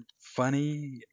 funny